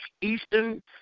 Eastern